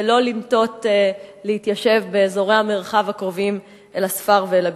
ולא לנטות להתיישב באזורי המרחב הקרובים אל הספר ואל הגבול,